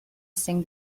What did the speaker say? sing